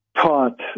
taught